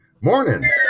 Morning